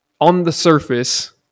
on-the-surface